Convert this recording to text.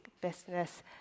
business